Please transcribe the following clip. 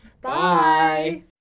Bye